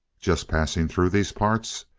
just passing through these parts?